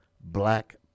black